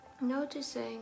noticing